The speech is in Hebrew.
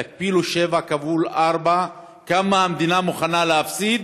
תכפילו שבע כפול ארבעים, כמה המדינה מוכנה להפסיד